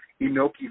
Inoki